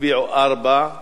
הצביעו ארבעה,